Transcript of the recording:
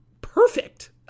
perfect